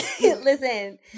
Listen